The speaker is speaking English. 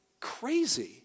crazy